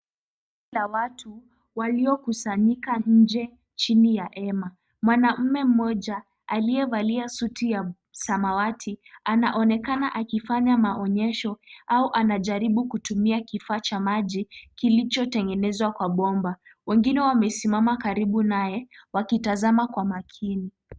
Kundi la watu waliokusanyika nje chini ya hema. Mwanaume mmoja aliyevalia suti ya samawati anaonekana akifanya maonyesho au anajaribu kutumia kifaa cha maji kilichotengenezwa kwa bomba. Wengine wamesimama karibu naye wakitazama kwa makini.